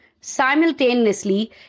simultaneously